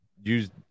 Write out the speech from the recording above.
use